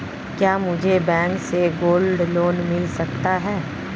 क्या मुझे बैंक से गोल्ड लोंन मिल सकता है?